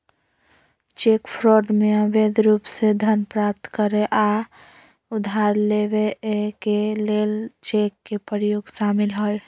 cheque fraud में अवैध रूप से धन प्राप्त करे आऽ उधार लेबऐ के लेल चेक के प्रयोग शामिल हइ